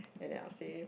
and then I'll say